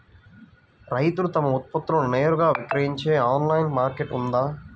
రైతులు తమ ఉత్పత్తులను నేరుగా విక్రయించే ఆన్లైను మార్కెట్ ఉందా?